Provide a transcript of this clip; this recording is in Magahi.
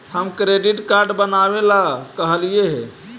हम क्रेडिट कार्ड बनावे ला कहलिऐ हे?